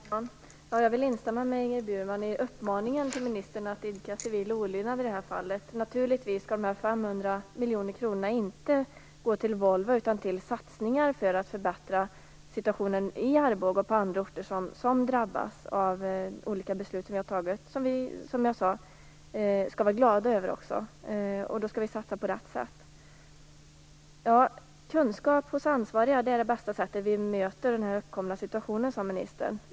Fru talman! Jag vill instämma med Ingrid Burmans uppmaning till ministern att idka civil olydnad i det här fallet. Naturligtvis skall de här 500 miljonerna inte gå till Volvo utan till satsningar för att förbättra situationen i Arboga och på andra orter vilka drabbas av olika beslut som vi har fattat - och som vi också, som jag sade, skall vara glada över. Vi måste satsa på rätt sätt. Kunskap hos ansvariga är det bästa sättet att möta den uppkomna situationen, sade ministern.